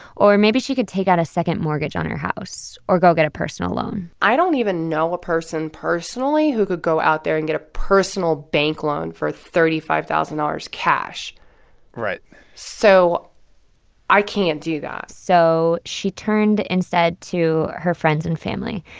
or maybe she could take out a second mortgage on her house or go get a personal loan i don't even know a person personally who could go out there and get a personal bank loan for thirty five thousand dollars cash right so i can't do that so she turned instead to her friends and family.